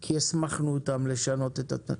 כי הסמכנו אותם לשנות את התנאים.